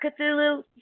Cthulhu